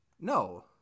No